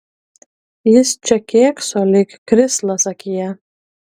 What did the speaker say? jis čia kėkso lyg krislas akyje